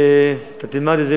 אתה תלמד את זה,